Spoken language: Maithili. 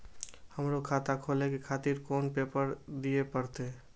हमरो खाता खोले के खातिर कोन पेपर दीये परतें?